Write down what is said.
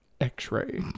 x-ray